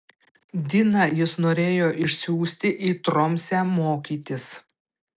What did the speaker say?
diną jis norėjo išsiųsti į tromsę mokytis